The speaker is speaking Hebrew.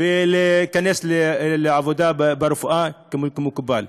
ולהיכנס לעבודה ברפואה כמקובל.